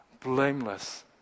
blameless